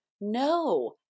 no